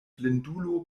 blindulo